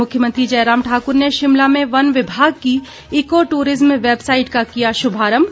मुख्यमंत्री जयराम ठाकुर ने शिमला में वन विभाग की ईको टूरिज्म वैबसाइट का किया शुभारम्म